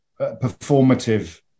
performative